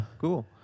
cool